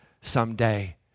someday